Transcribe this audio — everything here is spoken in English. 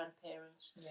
grandparents